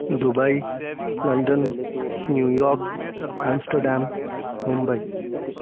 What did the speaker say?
Dubai London New York Amsterdam Mumbai